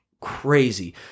crazy